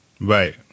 Right